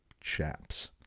chaps